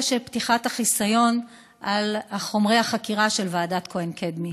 פתיחת החיסיון על חומרי החקירה של ועדת כהן-קדמי.